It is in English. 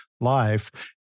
life